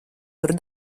tur